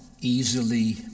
Easily